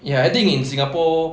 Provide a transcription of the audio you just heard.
ya I think in singapore